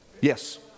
Yes